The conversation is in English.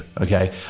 okay